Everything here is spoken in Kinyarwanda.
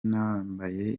nambaye